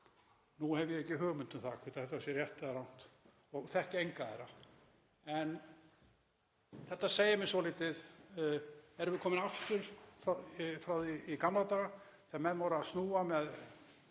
Nú hef ég ekki hugmynd um það hvort þetta sé rétt eða rangt og þekki enga aðra. En þetta segir mér svolítið — erum við komin aftur frá því í gamla daga þegar menn voru að snúa með